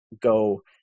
go